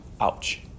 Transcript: ouch